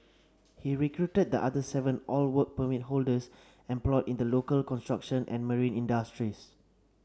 he recruited the other seven all Work Permit holders employed in the local construction and marine industries